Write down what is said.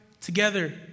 together